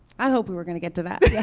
i hoped we were going to get to that yeah